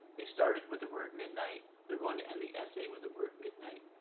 they started with the word midnight they're going to end the essay with the word midnight.